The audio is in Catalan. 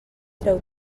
treu